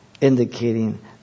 indicating